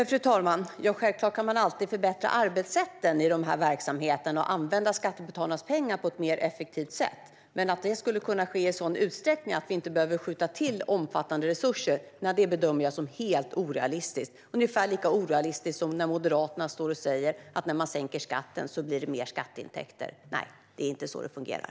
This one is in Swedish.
Fru talman! Självklart kan man alltid förbättra arbetssätten i de här verksamheterna och använda skattebetalarnas pengar på ett mer effektivt sätt. Men att det skulle kunna ske i en sådan utsträckning att vi inte behöver skjuta till omfattande resurser bedömer jag som helt orealistiskt. Det är ungefär lika orealistiskt som när Moderaterna står och säger att det blir mer skatteintäkter när man sänker skatten. Nej, det är inte så det fungerar.